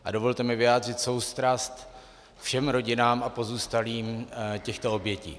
A dovolte mi vyjádřit soustrast všem rodinám a pozůstalým těchto obětí.